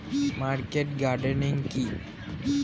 Market gardening কি?